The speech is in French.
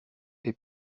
est